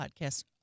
podcast